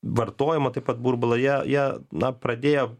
vartojimo taip pat burbulą jie jie na pradėjo